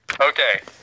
Okay